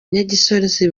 nyagisozi